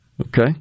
Okay